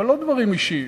אבל לא דברים אישיים.